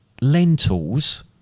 Lentils